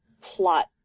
plot